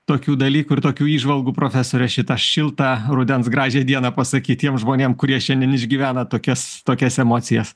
tokių dalykų ir tokių įžvalgų profesore šitą šiltą rudens gražią dieną pasakyt tiem žmonėm kurie šiandien išgyvena tokias tokias emocijas